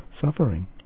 suffering